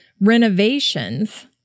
renovations